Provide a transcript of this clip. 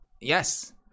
Yes